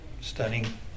stunning